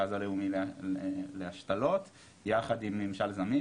המרכז הלאומי להשתלות יחד עם ממשל זמין,